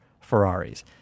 Ferraris